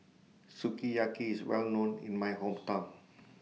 Sukiyaki IS Well known in My Hometown